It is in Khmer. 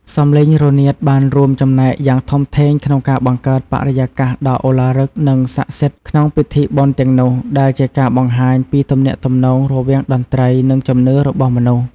សំឡេងរនាតបានរួមចំណែកយ៉ាងធំធេងក្នុងការបង្កើតបរិយាកាសដ៏ឧឡារិកនិងស័ក្តិសិទ្ធិក្នុងពិធីបុណ្យទាំងនោះដែលជាការបង្ហាញពីទំនាក់ទំនងរវាងតន្ត្រីនិងជំនឿរបស់មនុស្ស។